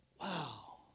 wow